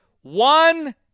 one